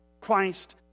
Christ